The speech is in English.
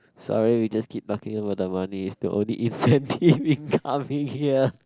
sorry we just keep talking about the money it's the only incentive in coming here